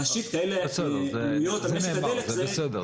להשית אלה עלויות על משק הדלק --- בסדר,